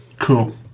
Cool